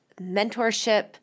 mentorship